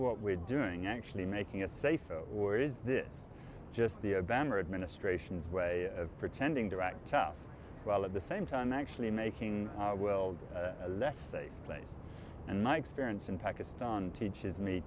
what we're doing actually making us safer or is this just the obama administration's way of pretending direct tough while at the same time actually making will less safe place and my experience in pakistan teaches me